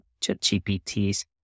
ChatGPT's